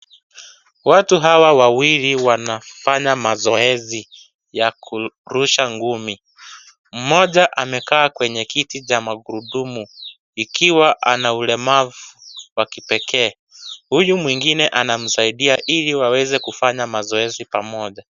Watu hawa wawili wanafanya mazoezi ya kurusha ngumi. Mmoja ameketi kwenye kiti cha magurudumu ikiwa ana ulemavu wa kipekee huyu mwingine anamsaidia ili waweze kufanaya mzoezi pamoja.